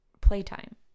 playtime